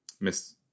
Miss